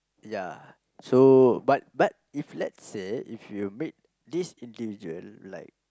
ya so but but if let's say if you meet this individual like ya